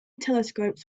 telescopes